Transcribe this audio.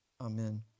Amen